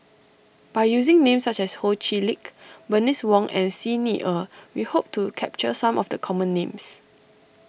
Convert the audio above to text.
by using names such as Ho Chee Lick Bernice Wong and Xi Ni Er we hope to capture some of the common names